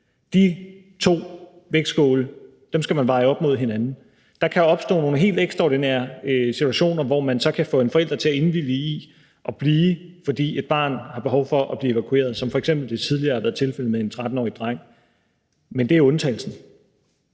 De to vægtskåle skal man veje op mod hinanden. Der kan opstå nogle helt ekstraordinære situationer, hvor man så kan få en forælder til at indvillige i at blive, fordi et barn har behov for at blive evakueret, som det f.eks. tidligere har været tilfældet med en 13-årig dreng, men det er undtagelsen.